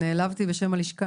נעלבתי בשם הלשכה.